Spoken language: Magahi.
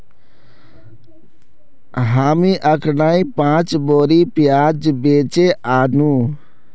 हामी अखनइ पांच बोरी प्याज बेचे व नु